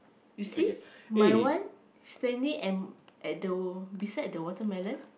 you see my one standing and at the beside the watermelon